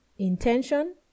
Intention